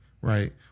right